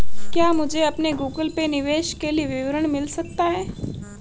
क्या मुझे अपने गूगल पे निवेश के लिए विवरण मिल सकता है?